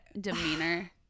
Demeanor